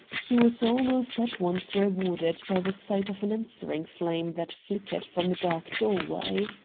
he was almost at once rewarded by the sight of an answering flame that flickered from a dark doorway.